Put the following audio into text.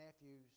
nephew's